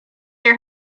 your